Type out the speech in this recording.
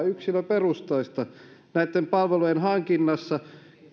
yksilöperusteista suorahankintaa palvelujen hankinnassa